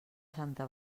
santa